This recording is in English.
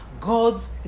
God's